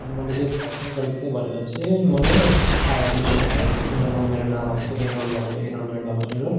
अनि मैले चाहिँ फर्स्टमै गरेको थिएँ भनेर चाहिँ मैले पाएँ एडमिसन पाएँ फोर्टिन नम्बरमा मेरो नाम आएको थियो एन्रोल भएको थियो एन्रोलमेन्ट भएको थियो मेरो